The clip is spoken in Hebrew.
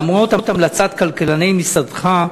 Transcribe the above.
למרות המלצת כלכלני משרדך,